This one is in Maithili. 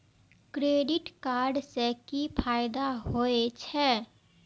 क्रेडिट कार्ड से कि फायदा होय छे?